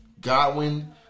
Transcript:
Godwin